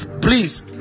Please